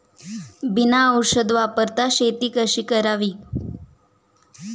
बिना औषध वापरता शेती कशी करावी?